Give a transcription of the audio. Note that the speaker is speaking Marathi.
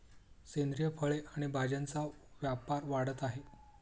सेंद्रिय फळे आणि भाज्यांचा व्यापार वाढत आहे